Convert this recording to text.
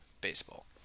baseball